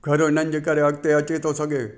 घरु हुननि जे करे अॻिते अचे थो सघे